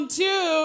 two